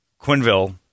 Quinville